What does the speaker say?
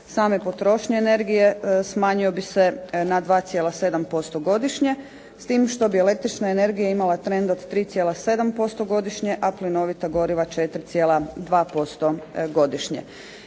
same potrošnje energije smanjio bi se na 2,7% godišnje s tim što bi električna energija imala trend od 3,7% godišnje, a plinovita goriva 4,2% godišnje.